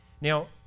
Now